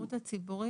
ומהשירות הציבורי